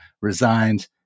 resigned